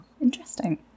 Interesting